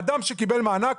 אדם שקיבל מענק,